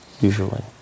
usually